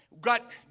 got